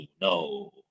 no